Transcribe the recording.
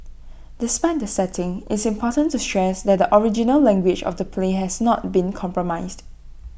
despite the setting it's important to stress that the original language of the play has not been compromised